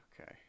Okay